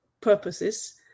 purposes